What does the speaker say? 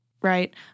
right